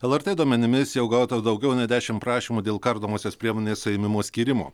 lrt duomenimis jau gauta daugiau nei dešimt prašymų dėl kardomosios priemonės suėmimo skyrimo